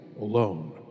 alone